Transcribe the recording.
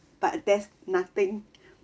but there's nothing